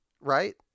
right